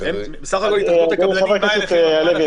חבר הכנסת הלוי,